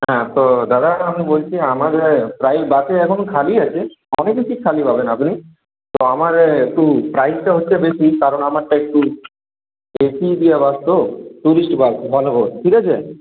হ্যাঁ তো দাদা আমি বলছি আমার প্রায় বাসই এখন খালি আছে অনেকই সিট খালি পাবেন আপনি তো আমার একটু প্রাইসটা হচ্ছে বেশি কারণ আমারটা একটু এ সি দেওয়া বাস তো টুরিস্ট বাস ভলভো ঠিক আছে